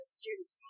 students